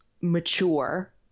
mature